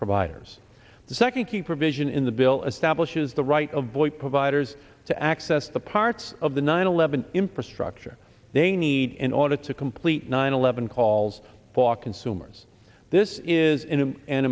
providers the second key provision in the bill establishes the right of boy providers to access the parts of the nine eleven infrastructure they need in order to complete nine eleven calls falk consumers this is an